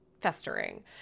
festering